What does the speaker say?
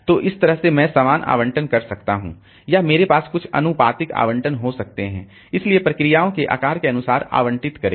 तो इस तरह मैं समान आवंटन कर सकता हूं या मेरे पास कुछ आनुपातिक आवंटन हो सकते हैं इसलिए प्रोसेसओं के आकार के अनुसार आवंटित करें